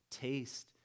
taste